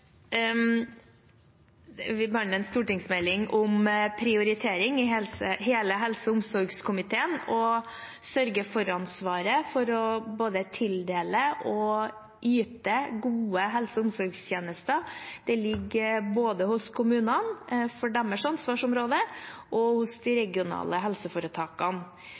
Vi behandler en stortingsmelding om prioritering i hele helse- og omsorgstjenesten. Sørge-for-ansvaret for både å tildele og yte gode helse- og omsorgstjenester ligger både hos kommunene, for deres ansvarsområde, og hos de regionale helseforetakene.